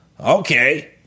Okay